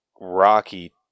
Rocky